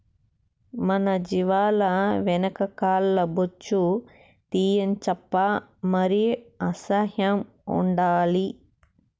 మన జీవాల వెనక కాల్ల బొచ్చు తీయించప్పా మరి అసహ్యం ఉండాలి